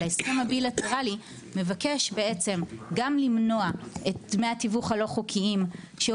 אבל ההסכם הבילטרלי מבקש בעצם גם למנוע את דמי התיווך הלא חוקיים.